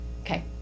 Okay